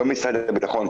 לא משרד הביטחון,